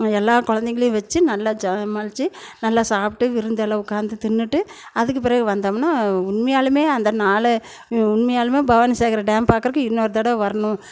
எல்லா குழந்தைங்களையும் வச்சு நல்ல சமாளிச்சி நல்ல சாப்பிட்டு விருந்தெல்லாம் உட்காந்து தின்றுட்டு அதுக்கு பிறகு வந்தோம்னால் உண்மையாலுமே அந்த நாள் உண்மையாலுமே பவானிசாகர் டேம் பார்க்கறக்கு இன்னொரு தடவை வரணும்